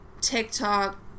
TikTok